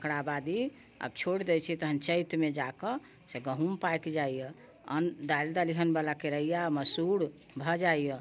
तेकरा बाद आब छोड़ि दै छियै आओर चैतमे जाकऽ से गहूँम पाकि जाइया अन्न दालि दलिहन बला केरैया मसूर भऽ जाइया